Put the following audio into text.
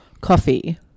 Coffee